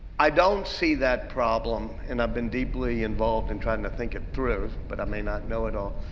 i don't see that problem, and i've been deeply involved in trying to think it through, but i may not know it all,